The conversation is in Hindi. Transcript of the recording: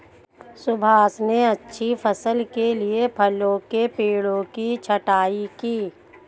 सुभाष ने अच्छी फसल के लिए फलों के पेड़ों की छंटाई की